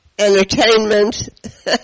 Entertainment